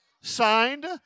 signed